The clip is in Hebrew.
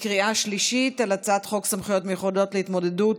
בקריאה שלישית על הצעת חוק סמכויות מיוחדות להתמודדות